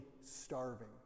starving